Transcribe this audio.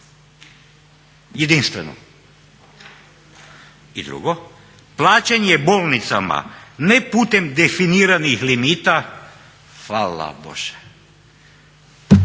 jedinstveno. I drugo, plaćanje bolnicama ne putem definiranih limita, hvala Bože!